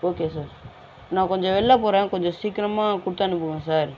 okay sir நான் கொஞ்சம் வெளில போகறேன் கொஞ்சம் சீக்கரமாக கொடுத்தனுப்புங்க சார்